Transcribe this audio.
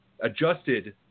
Adjusted